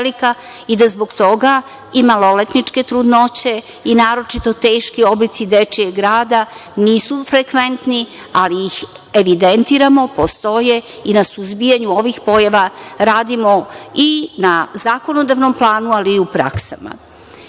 i da zbog toga i maloletničke trudnoće i naročito teški oblici dečijeg rada nisu frekventni, ali ih evidentiramo, postoje i na suzbijanju ovih pojava radimo i na zakonodavnom planu, ali i u praksama.